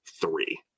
three